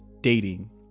dating